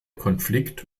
konflikt